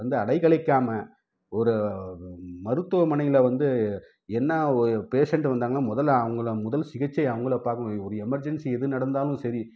அடக்கழிக்காம ஒரு மருத்துவமனையில் வந்து என்ன ஒரு பேஷண்ட் வந்தாங்கனா முதல்ல அவங்கள முதல் சிகிச்சை அவங்களப் பார்க்க ஒரு எமர்ஜன்சி எது நடந்தாலும் சரி